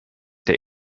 der